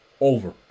over